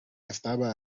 estaba